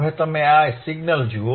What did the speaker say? હવે તમે આ સિગ્નલ જુઓ